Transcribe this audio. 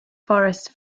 forest